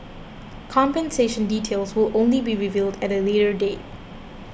compensation details will only be revealed at a later date